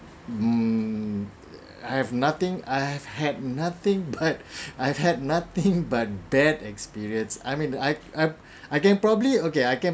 um I have nothing I've had nothing but I've had nothing but bad experience I mean I I I can probably okay I can